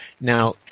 Now